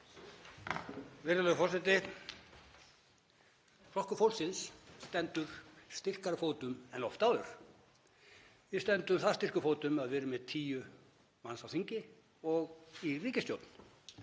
Virðulegur forseti. Flokkur fólksins stendur styrkari fótum en oft áður. Við stöndum það styrkum fótum að við erum með tíu manns á þingi og erum í ríkisstjórn